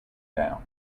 down